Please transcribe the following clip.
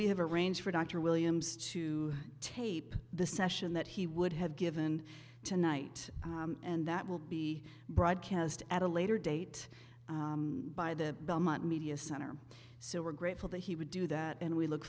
we have arranged for dr williams to tape the session that he would have given tonight and that will be broadcast at a later date by the belmont media center so we're grateful that he would do that and we look